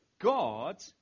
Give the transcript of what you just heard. God